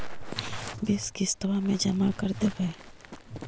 बिस किस्तवा मे जमा कर देवै?